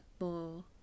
more